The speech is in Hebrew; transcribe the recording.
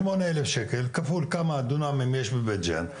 שמונה אלף שקל כפול כמה הדונם שיש בבית ג'אן,